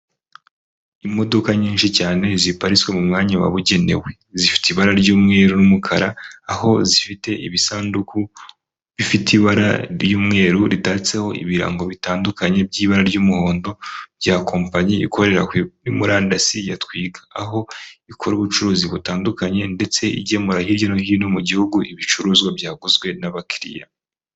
Imodoka nyinshi cyane ziparitswe mu mwanya wabugenewe zifite ibara ry'umweru n'umukara, aho zifite ibisanduku bifite ibara ry'umweru ritatseho ibirango bitandukanye by'ira ry'umuhondo rya kompanyi ikorera kuri murandasi ya Twiga, aho ikora ubucuruzi butandukanye ndetse igemura hirya no hino mu gihugu ibicuruzwa byakozwe n'abakiriya.